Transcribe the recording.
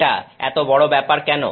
এটা এত বড় ব্যাপার কেন